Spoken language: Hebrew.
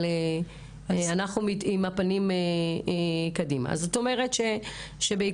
אבל אנחנו עם הפנים קדימה ואת אומרת שבעקבות